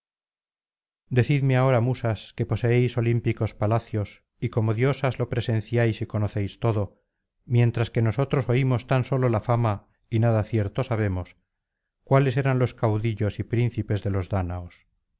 decidme ahora musas que poseéis olímpicos palacios y como diosas lo presenciáis y conocéis todo mientras que nosotros oímos tan sólo la fama y nada cierto sabemos cuáles eran los caudillos y príncipes de los dáñaos